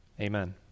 Amen